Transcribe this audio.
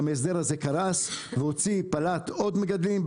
גם ההסדר הזה קרס ופלט עוד מגדלים.